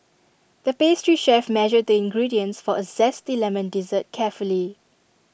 the pastry chef measured the ingredients for A Zesty Lemon Dessert carefully